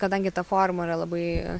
kadangi ta formulė labai